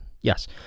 Yes